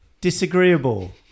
Disagreeable